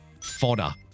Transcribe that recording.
fodder